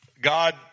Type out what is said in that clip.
God